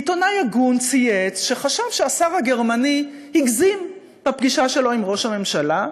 עיתונאי הגון צייץ שחשב שהשר הגרמני הגזים בפגישה שלו עם ראש הממשלה,